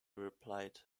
replied